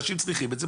אנשים צריכים את זה,